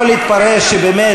יכול להתפרש שבאמת,